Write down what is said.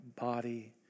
body